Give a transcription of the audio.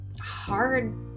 hard